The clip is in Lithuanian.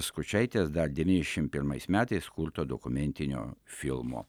skučaitės dar devyndešimt pirmais metais kurto dokumentinio filmo